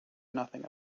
nothing